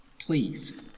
Please